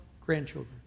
grandchildren